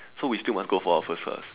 so we still must go for our first class